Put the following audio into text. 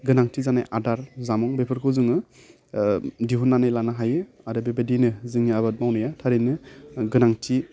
गोनांथि जानाय आदार जामुं बेफोरखौ जोङो ओह दिहुननानै लानो हायो आरो बेबायदियैनो जोंनि आबाद मावनाया थारनै गोनांथि